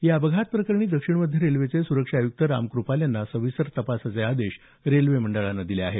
या अपघात प्रकरणी दक्षिण मध्य रेल्वेचे सुरक्षा आयुक्त रामकृपाल यांना सविस्तर तपासाचे आदेश रेल्वे मंडळानं दिले आहेत